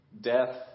death